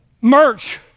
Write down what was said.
merch